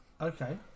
Okay